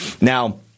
Now